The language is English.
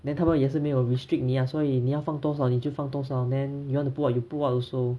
then 他们也是没有 restrict 你啊所以你要放多少你就放多少 then you want to put what you put what also